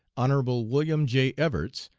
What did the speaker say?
hon. wm. j. evarts,